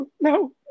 no